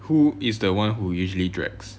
who is the one who usually drags